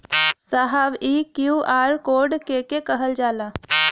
साहब इ QR code के के कहल जाला?